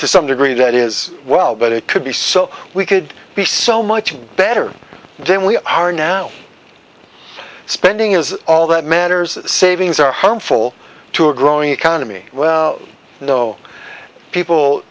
to some degree that is well but it could be so we could be so much better than we are now spending is all that matters savings are harmful to a growing economy no people